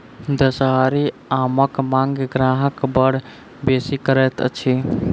दसहरी आमक मांग ग्राहक बड़ बेसी करैत अछि